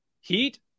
heat